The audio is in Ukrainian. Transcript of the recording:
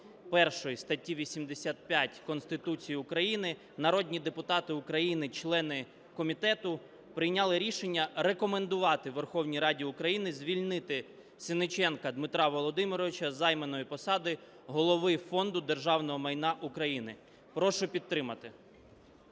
першої статті 85 Конституції України, народні депутати України члени комітету прийняли рішення рекомендувати Верховній Раді України звільнити Сенниченка Дмитра Володимировича з займаної посади Голови Фонду державного майна України. Прошу підтримати.